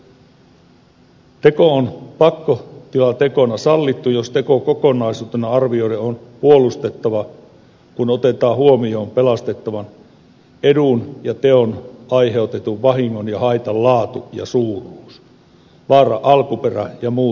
teko on pakkotilatekona sallittu jos teko kokonaisuutena arvioiden on puolustettava kun otetaan huomioon pelastettavan edun ja teolla aiheutetun vahingon ja haitan laatu ja suuruus vaaran alkuperä sekä muut olosuhteet